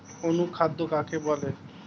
অনুখাদ্য কাকে বলে?